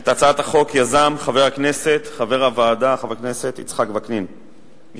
את הצעת החוק יזם חבר הוועדה חבר הכנסת יצחק וקנין מש"ס,